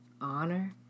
honor